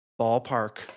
ballpark